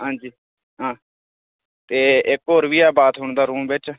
हांजी हां ते इक होर बी ऐ बाथरूम दा रूम बिच